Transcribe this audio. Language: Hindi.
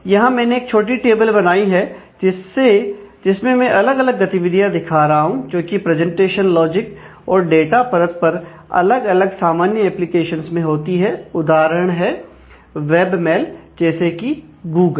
यहां मैंने एक छोटी टेबल बनाई है जिसमें मैं अलग अलग गतिविधियां दिखा रहा हूं जो कि प्रेजेंटेशन लॉजिक और डाटा परत पर अलग अलग सामान्य एप्लीकेशंस में होती है उदाहरण है वेबमेल जैसे कि गूगल